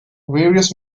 various